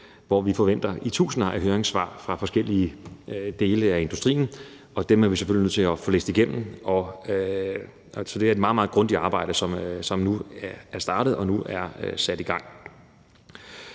hvor vi forventer tusinder af høringssvar fra forskellige dele af industrien, og dem er vi selvfølgelig nødt til at få læst igennem. Så det er et meget, meget grundigt arbejde, som nu er startet og er sat i gang.